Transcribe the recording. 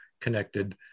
connected